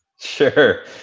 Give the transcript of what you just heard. Sure